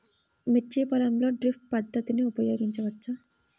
మిర్చి పొలంలో డ్రిప్ పద్ధతిని ఉపయోగించవచ్చా?